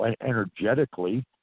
energetically